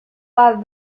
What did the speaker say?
bat